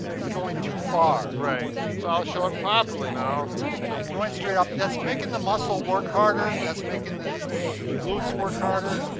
he's going too far. right. so i'll show it properly now. so, you're going straight up, that's making the muscle work harder, that's making the the glutes work harder.